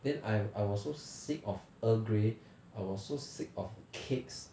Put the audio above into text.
then I I was so sick of earl grey I was so sick of cakes